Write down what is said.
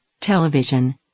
Television